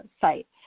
site